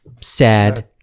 Sad